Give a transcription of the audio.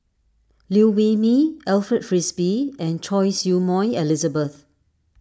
Liew Wee Mee Alfred Frisby and Choy Su Moi Elizabeth